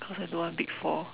cause I don't want big four